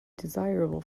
desirable